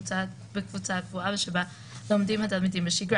בקבוצה קבועה ושבה לומדים התלמידים בשגרה,